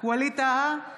ווליד טאהא,